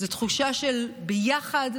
זו תחושה של ביחד,